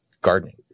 gardening